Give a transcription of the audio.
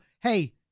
hey